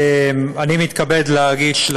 אני מתכבד להגיש,